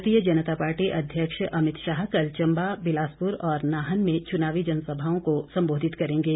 भारतीय जनता पार्टी अध्यक्ष अमित शाह कल चंबा बिलासपुर और नाहन में चुनावी जनसभाओं को संबोधित करेंगे